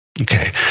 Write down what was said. Okay